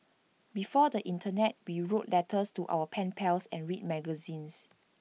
before the Internet be wrote letters to our pen pals and read magazines